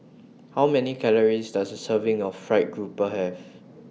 How Many Calories Does A Serving of Fried Grouper Have